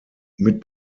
mit